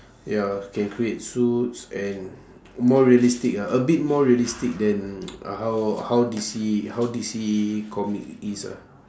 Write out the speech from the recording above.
ya can create suits and more realistic ah a bit more realistic than uh how how D_C how D_C comic is ah